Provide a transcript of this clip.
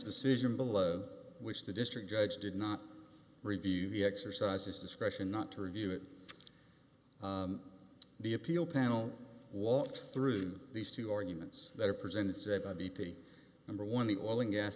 decision below which the district judge did not review the exercises discretion not to review it the appeal panel walk through these two arguments that are presented by b p number one the oil and gas